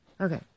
Okay